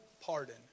pardon